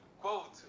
quote